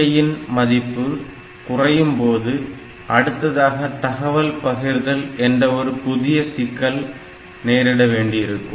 CPI யின் மதிப்பு குறையும்போது அடுத்ததாக தகவல் பகிர்தல் என்ற ஒரு புதிய சிக்கலை நேரிட வேண்டியிருக்கும்